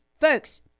folks